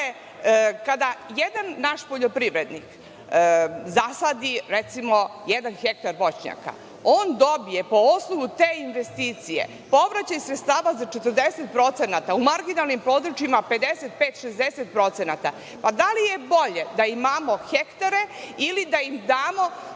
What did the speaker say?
kada jedan naš poljoprivrednik zasadi recimo 1 ha voćnjaka, on dobije po osnovu te investicije povraćaj sredstava za 40%, u marginalnim područjima 55-60%. Da li je bolje da imamo hektare ili da im damo